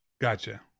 Gotcha